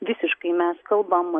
visiškai mes kalbam